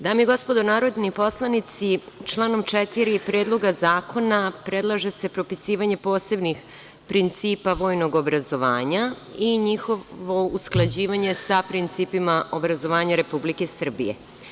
Dame i gospodo narodni poslanici, članom 4. Predloga zakona predlaže se propisivanje posebnih principa vojnog obrazovanja i njihovo usklađivanje sa principima obrazovanja Republike Srbije.